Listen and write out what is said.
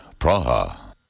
Praha